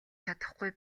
чадахгүй